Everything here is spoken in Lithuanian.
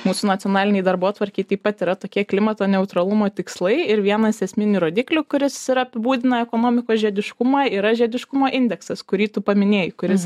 mūsų nacionalinėj darbotvarkėj taip pat yra tokie klimato neutralumo tikslai ir vienas esminių rodiklių kuris ir apibūdina ekonomikos žiediškumą yra žiediškumo indeksas kurį tu paminėjai kuris